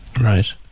Right